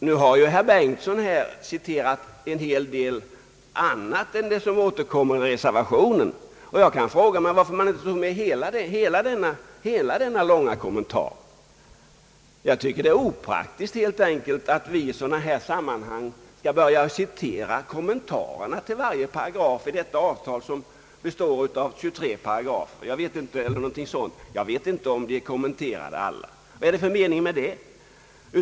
Nu har herr Bengtson citerat en hel del annat än det som återkommer i reservationen. Varför tog man då inte med hela denna långa kommentar? Det är helt enkelt opraktiskt att vi i sådana här sammanhang skall citera kommentarerna till varje paragraf i detta avtal som innehåller 23 paragrafer — jag vet inte om man kommenterade alla. Vad är det för mening med det?